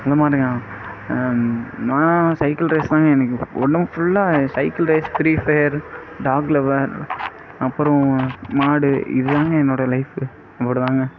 அந்தமாதிரிதான் நான் சைக்கிள் ரேஸ்தாங்க எனக்கு உடம்பு ஃபுல்லாக cycle race free fire dog lover அப்புறம் மாடு இதுதாங்க என்னோட லைஃபு அம்டுதாங்க